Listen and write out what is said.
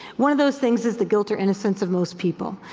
one of those things is the guilt or innocence of most people,